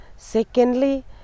Secondly